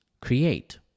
create